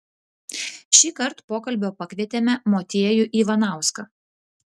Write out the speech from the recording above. šįkart pokalbio pakvietėme motiejų ivanauską